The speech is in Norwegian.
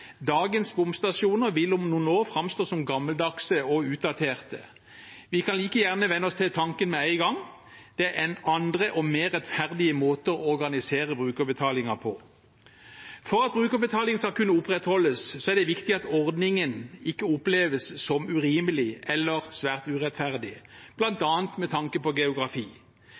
Dagens bomstasjoner vil om noen år framstå som gammeldagse og utdaterte. Vi kan like gjerne venne oss til tanken med en gang. Det er andre og mer rettferdige måter å organisere brukerbetalingen på. For at brukerbetaling skal kunne opprettholdes, er det viktig at ordningen ikke oppleves som urimelig eller svært urettferdig, bl.a. med tanke på geografi.